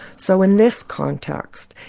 so in this context,